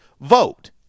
vote